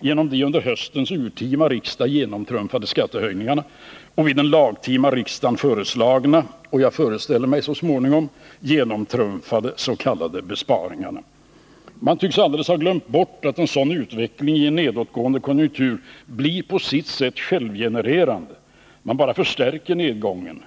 genom de under höstens urtima riksdag genomtrumfade skattehöjningarna och vid den lagtima riksdagen föreslagna — och jag föreställer mig så småningom också genomtrumfade — ss.k. besparingarna. Man tycks alldeles ha glömt bort att en sådan utveckling i en nedåtgående konjunktur blir på sitt sätt självgenererande. Den bara förstärker nedgången.